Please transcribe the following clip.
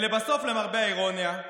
לבסוף, למרבה האירוניה,